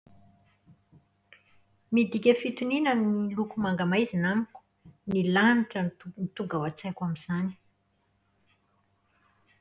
Midika fitoniana ny loko manga maizina amiko. Ny lanitra no tonga ao an-tsaiko amin'izany.